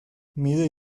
mide